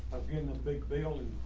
of getting a big building.